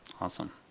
Awesome